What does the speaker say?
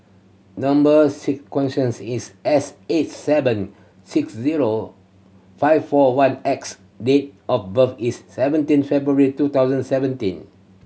number sequence is S eight seven six zero five four one X date of birth is seventeen February two thousand seventeen